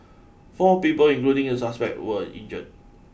four people including the suspect were injured